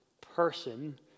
person